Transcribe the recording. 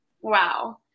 wow